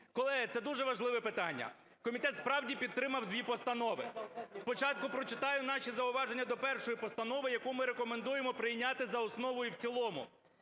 Колеги, це дуже важливе питання. Комітет, справді, підтримав дві постанови. Спочатку прочитаю наші зауваження до першої постанови, яку ми рекомендуємо прийняти за основу і в цілому.